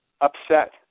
upset